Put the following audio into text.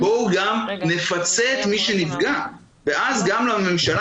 בואו גם נפצה את מי שנפגע ואז גם לממשלה